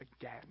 again